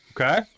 Okay